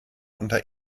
unter